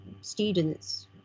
students